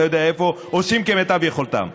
אתה יודע איפה, עושים כמיטב יכולתם.